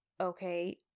okay